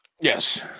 Yes